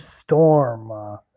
Storm